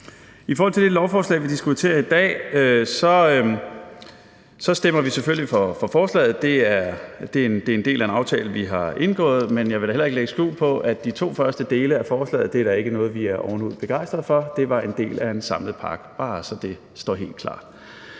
I forhold til det lovforslag, vi diskuterer i dag, stemmer vi selvfølgelig for. Det er en del af en aftale, vi har indgået, men jeg vil ikke lægge skjul på, at de to første dele af forslaget da ikke er noget, vi er ovenud begejstrede for; det var en del af en samlet pakke – bare, så det står helt klart.